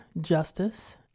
Justice